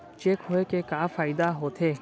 Cheque होए के का फाइदा होथे?